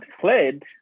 fled